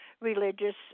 religious